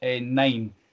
nine